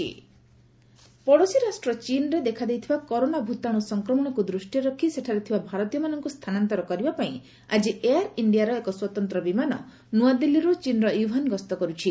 air India ଚୀନ୍ ପଡ଼ୋଶୀ ରାଷ୍ଟ୍ର ଚୀନ୍ରେ ଦେଖାଦେଇଥିବା କରୋନା ଭୂତାରୁ ସଂକ୍ରମଣକୁ ଦୂଷ୍ଟିରେ ରଖି ସେଠାରେ ଥିବା ଭାରତୀୟମାନଙ୍କୁ ସ୍ଥାନାନ୍ତର କରିବାପାଇଁ ଆଜି ଏୟାର୍ ଇଣ୍ଡିଆର ଏକ ସ୍ୱତନ୍ତ୍ର ବିମାନ ନୂଆଦିଲ୍ଲୀରୁ ଚୀନ୍ର ଓ୍ୱହାନ୍ ଗସ୍ତ କରୁଛି